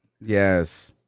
Yes